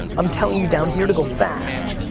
i'm telling you down here to go fast.